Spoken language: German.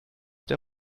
der